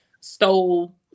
stole